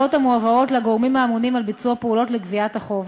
המועברות לגורמים האמונים על ביצוע פעולות לגביית החוב.